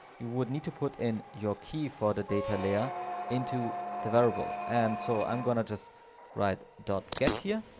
you would need to put in your key for the data layer into the variable. and so i'm going to just write dot get here,